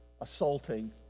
assaulting